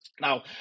Now